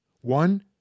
One